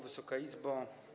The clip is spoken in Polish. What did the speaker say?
Wysoka Izbo!